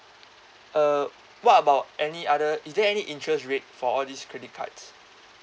uh what about any other is there any interest rate for all this credit cards